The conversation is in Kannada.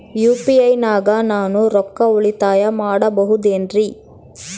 ಯು.ಪಿ.ಐ ನಾಗ ನಾನು ರೊಕ್ಕ ಉಳಿತಾಯ ಮಾಡಬಹುದೇನ್ರಿ?